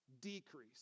decrease